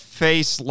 face